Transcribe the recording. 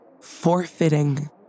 forfeiting